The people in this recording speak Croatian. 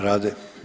Rade.